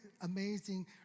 Amazing